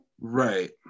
Right